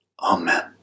Amen